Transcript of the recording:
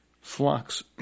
flocks